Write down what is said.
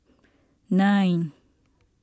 nine